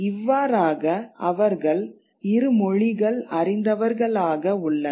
இவ்வாறாக அவர்கள் இருமொழிகள் அறிந்தவர்களாக உள்ளனர்